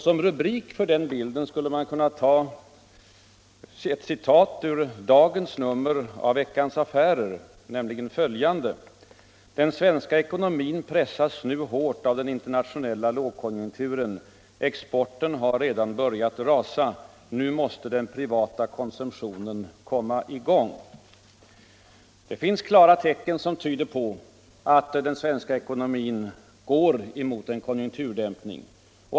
Som rubrik för den bilden skulle man kunna ta ett citat ur dagens nummer av Veckans Affärer, nämligen följande: ”Den svenska ekonomin pressas nu hårt av den internationella lågkonjunkturen. Exporten har redan börjat rasa. Nu måste den privata konsumtionen komma i gång.” Det finns klara tecken på att vår svenska ekonomi går emot en konjunkturvändning.